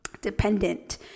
dependent